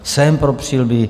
Jsem pro přilby.